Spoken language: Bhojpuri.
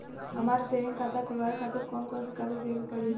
हमार सेविंग खाता खोलवावे खातिर कौन कौन कागज देवे के पड़ी?